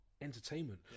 Entertainment